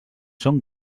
son